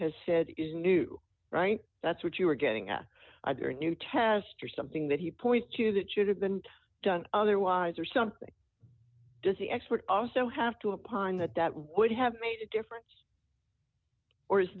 has said is new right that's what you were getting at either a new test or something that he point to that should have been done otherwise or something does the expert also have to upon that that would have made a difference or is